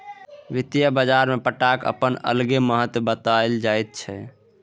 वित्तीय बाजारमे पट्टाक अपन अलगे महत्व बताओल जाइत छै